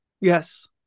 Yes